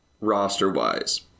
roster-wise